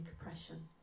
oppression